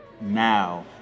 now